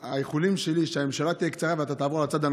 האיחולים שלי הם שהממשלה תהיה קצרה ואתה תעבור לצד הנכון,